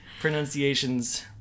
pronunciations